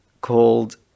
called